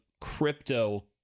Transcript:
crypto